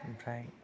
ओमफ्राय